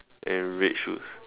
and red shoes